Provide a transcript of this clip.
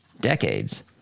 decades